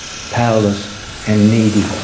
powerless and needy.